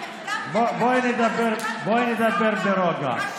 אתם הקדמתם את, בואי נדבר ברוגע.